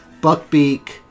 Buckbeak